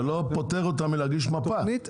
זה לא פוטר אותם מלהגיש מפה.